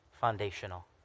foundational